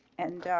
and ah.